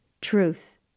truth